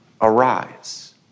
arise